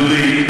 דודי,